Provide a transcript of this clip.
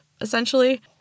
essentially